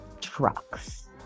trucks